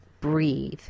breathe